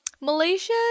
Malaysia